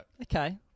Okay